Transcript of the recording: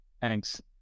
Thanks